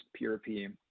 PRP